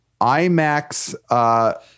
IMAX